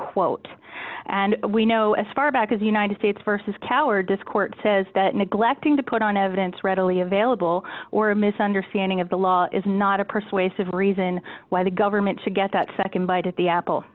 quote and we know as far back as united states versus cower dischord says that neglecting to put on evidence readily available or a misunderstanding of the law is not a persuasive reason why the government to get that nd bite at the apple